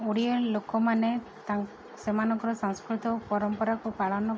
ଓଡ଼ିଆ ଲୋକମାନେ ତାଙ୍କ ସେମାନଙ୍କର ସାଂସ୍କୃତିକ ଓ ପରମ୍ପରାକୁ ପାଳନ